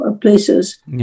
places